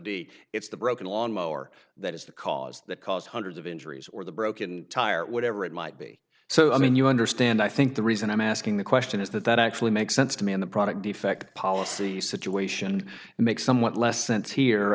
d it's the broken lawnmower that is the cause that caused hundreds of injuries or the broken tire whatever it might be so i mean you understand i think the reason i'm asking the question is that that actually makes sense to me in the product defect policy situation and makes somewhat less sense here